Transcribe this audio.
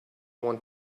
want